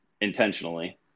intentionally